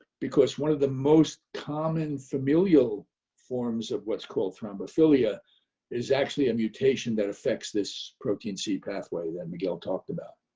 because one of the most common familial forms of what's called thrombophilia is actually a mutation that affects this protein-c pathway that miguel talked about.